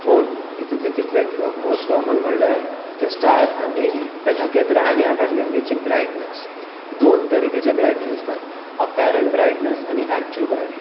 पूण हितुंतले कितले माॅस्ट काॅमन म्हटल्यार ते स्टार आनी तें नकेत्रां आनी ते आकाशगंगेची ब्रायट्नस दोन तरेचे ब्रायट्नस आसतात अपेरेंट ब्रायट्नस आनी एक्चुअल ब्रायट्नस